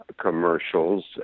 commercials